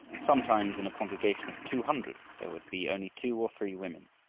sometimes in a congregation of two hundred there would be only two or three women.